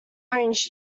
orange